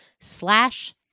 slash